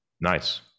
Nice